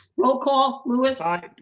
roll call. louis. i.